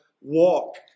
walk